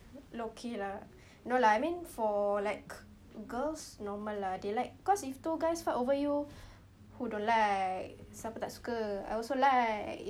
but okay lah no lah I mean for like girls normal lah they like cause if two guys fight over you who don't like siapa tak suka I also like